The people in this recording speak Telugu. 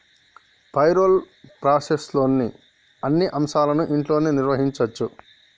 పేరోల్ ప్రాసెస్లోని అన్ని అంశాలను ఇంట్లోనే నిర్వహించచ్చు